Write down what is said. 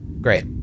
Great